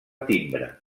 timbre